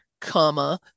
comma